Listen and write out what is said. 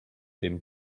dem